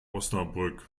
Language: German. osnabrück